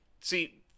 See